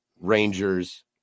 Rangers